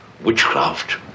witchcraft